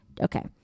okay